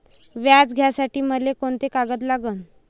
व्याज घ्यासाठी मले कोंते कागद लागन?